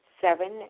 Seven